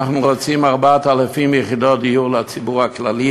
רוצים לתכנן 4,000 יחידות דיור לציבור הכללי.